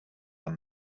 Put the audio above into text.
amb